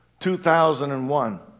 2001